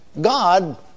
God